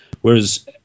whereas